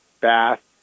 bath